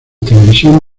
televisión